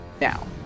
Now